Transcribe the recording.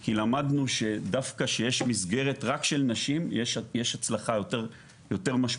כי למדנו שדווקא שיש מסגרת רק של נשים יש הצלחה יותר משמעותית.